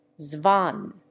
Zvan